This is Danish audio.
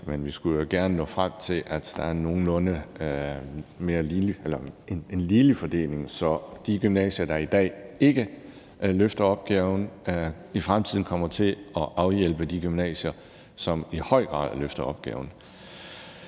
Vi skulle jo gerne nå frem til, at der er en nogenlunde mere ligelig fordeling, så de gymnasier, der i dag ikke løfter opgaven, i fremtiden kommer til at afhjælpe de gymnasier, som i høj grad løfter opgaven.